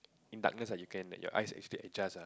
in darkness ah you can your eyes actually adjust ah